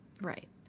Right